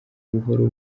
buhoro